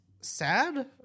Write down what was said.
Sad